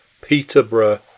Peterborough